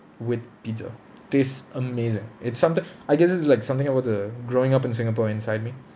with pizza tastes amazing it's something I guess it's like something about the growing up in singapore inside me